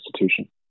institution